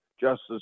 Justice